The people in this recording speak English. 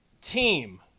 team